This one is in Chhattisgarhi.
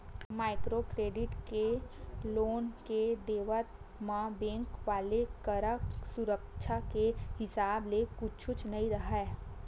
माइक्रो क्रेडिट के लोन के देवत म बेंक वाले करा सुरक्छा के हिसाब ले कुछु नइ राहय